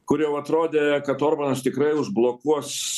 kur jau atrodė kad orbanas tikrai užblokuos